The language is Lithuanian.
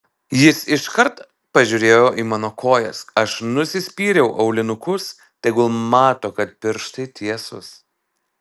jis iškart pažiūrėjo į mano kojas aš nusispyriau aulinukus tegul mato kad pirštai tiesūs